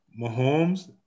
Mahomes